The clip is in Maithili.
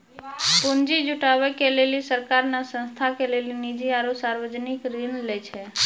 पुन्जी जुटावे के लेली सरकार ने संस्था के लेली निजी आरू सर्वजनिक ऋण लै छै